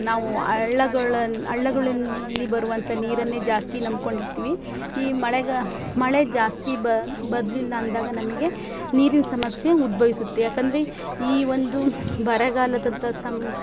ನಾವೂ ಹಳ್ಳಗಳು ಹಳ್ಳಗಳಲ್ಲಿ ಬರುವಂಥ ನೀರನ್ನೇ ಜಾಸ್ತಿ ನಂಬ್ಕೊಂಡಿರ್ತೀವಿ ಈ ಮಳೆಗಾಲ ಮಳೆ ಜಾಸ್ತಿ ಬರ್ಲಿಲ್ಲಾಂದಾಗ ನಮಗೆ ನೀರಿನ ಸಮಸ್ಯೆ ಉದ್ಬವಿಸುತ್ತೆ ಯಾಕಂದರೆ ಈ ಒಂದು ಬರಗಾಲದಂಥ ಸಂ